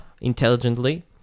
intelligently